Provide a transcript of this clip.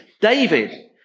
David